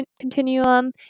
continuum